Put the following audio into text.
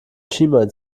schienbein